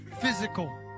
physical